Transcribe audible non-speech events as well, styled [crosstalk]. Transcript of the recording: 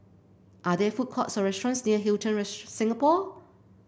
are there food courts or restaurants near Hilton [unintelligible] Singapore